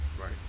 Right